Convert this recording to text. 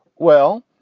well,